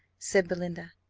said belinda.